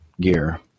gear